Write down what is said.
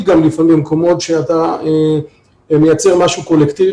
לפעמים כל עוד אתה מייצר משהו קולקטיבי.